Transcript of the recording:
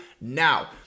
Now